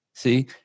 See